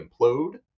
implode